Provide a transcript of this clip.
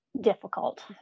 difficult